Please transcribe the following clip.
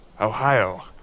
Ohio